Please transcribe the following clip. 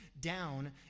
down